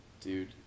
Dude